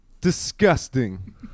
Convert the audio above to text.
disgusting